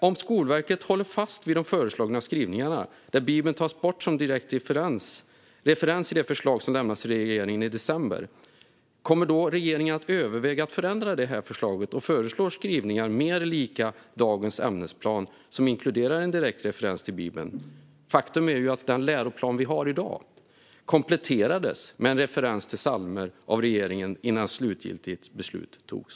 Om Skolverket håller fast vid de föreslagna skrivningar där Bibeln tas bort som direkt referens i det förslag som lämnas till regeringen i december, kommer då regeringen att överväga att förändra detta förslag och föreslå skrivningar mer lika dagens ämnesplan som inkluderar en direkt referens till Bibeln? Faktum är ju att den läroplan vi har i dag kompletterades med en referens till psalmer av regeringen innan slutgiltigt beslut togs.